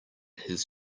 his